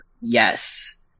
yes